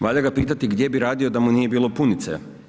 Valja ga pitati gdje bi radio da mu nije bilo punice?